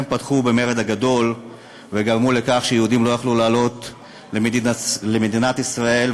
הם פתחו במרד הגדול וגרמו לכך שיהודים לא יכלו לעלות למדינת ישראל.